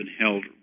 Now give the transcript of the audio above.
held